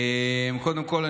קודם כול,